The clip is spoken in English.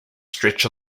stretch